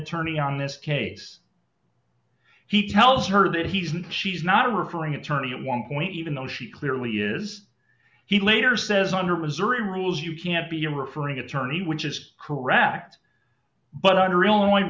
attorney on this case he tells her that he isn't she's not referring attorney at one point even though she clearly is he later says under missouri rules you can't be referring attorney which is correct but i really only